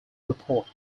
reports